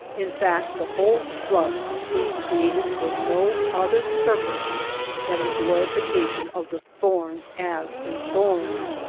in fact the whole shrub seems created for no other purpose than the glorification of the thorn as a thorn.